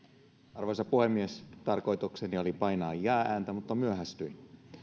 arvoisa puhemies tarkoitukseni oli painaa jaa ääntä mutta myöhästyin